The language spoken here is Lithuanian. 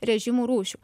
režimų rūšių